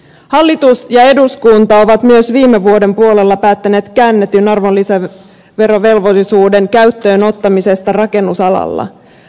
hallitus ja eduskunta ovat myös viime vuoden puolella päättäneet käännetyn arvonlisäverovelvollisuuden käyttöön ottamisesta rakennusalalla